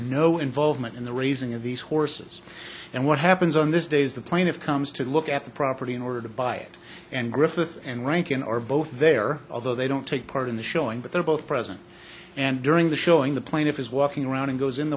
no involvement in the raising of these horses and what happens on this day is the plaintiff comes to look at the property in order to buy it and griffith and rankin are both there although they don't take part in the showing but they're both present and during the showing the plaintiff is walking around and goes in the